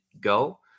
go